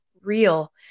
real